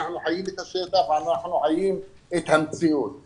אנחנו חיים את השטח ואנחנו חיים את המציאות.